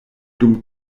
dum